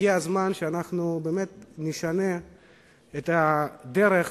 הגיע הזמן שנשנה את דרך